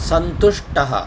सन्तुष्टः